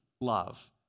love